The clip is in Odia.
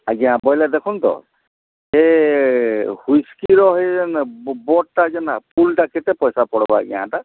ଆଜ୍ଞା ପହିଲା ଦେଖନ୍ତୁ ତ ସେ ୱିଷ୍କିର ହୋଇ ଯେନ୍ନେ ବଡ଼୍ଟା ଯେନ୍ନା ଫୁଲ୍ଟା କେତେ ପଇସା ପଡ଼୍ବ ଆଜ୍ଞା ହେଟା